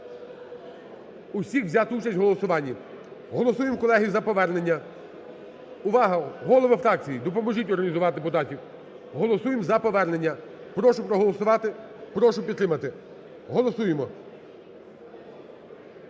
усіх взяти участь в голосуванні. Голосуємо, колеги, за повернення. Увага! Голови фракцій, допоможіть організувати депутатів. Голосуємо за повернення. Прошу проголосувати, прошу підтримати. Голосуємо.